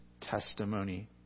testimony